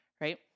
right